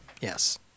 Yes